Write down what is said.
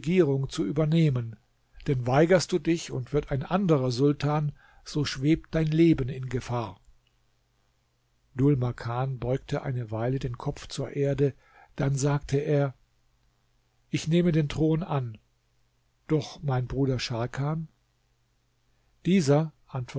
zu übernehmen denn weigerst du dich und wird ein anderer sultan so schwebt dein leben in gefahr dhul makan beugte eine weile den kopf zur erde dann sagte er ich nehme den thron an doch mein bruder scharkan dieser